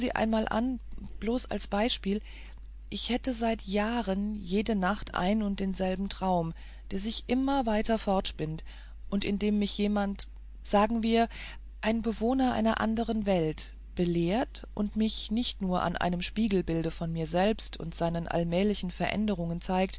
einmal an bloß als beispiel ich hätte seit jahren jede nacht ein und denselben traum der sich immer weiter fortspinnt und in dem mich jemand sagen wir ein bewohner einer andern welt belehrt und mir nicht nur an einem spiegelbilde von mir selbst und seinen allmählichen veränderungen zeigt